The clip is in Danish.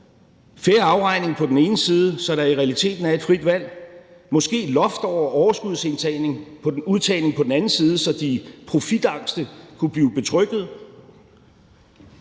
fair afregning på den ene side, så der i realiteten er et frit valg, og måske et loft over overskudsudtagning på den anden side, så de profitangste kunne blive betrygget?